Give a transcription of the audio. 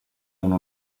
uno